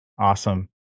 Awesome